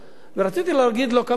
ורציתי להגיד לו כמה דברים.